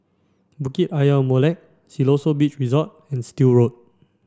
Bukit Ayer Molek Siloso Beach Resort and Still Road